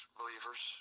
believers